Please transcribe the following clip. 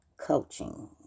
coaching